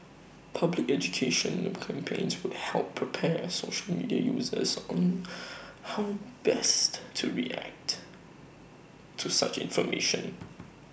public education campaigns would help prepare social media users on how best to react to such information